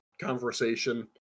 conversation